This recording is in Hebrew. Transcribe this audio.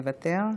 מוותר.